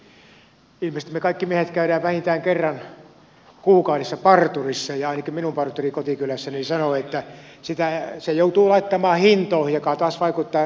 ilmeisesti me kaikki miehet käymme vähintään kerran kuukaudessa parturissa ja ainakin minun parturi kotikylässäni sanoi että sen joutuu laittamaan hintoihin mikä taas vaikuttaa tiettyihin asioihin